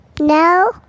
no